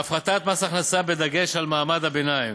הפחתת מס הכנסה, בדגש על מעמד הביניים.